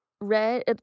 red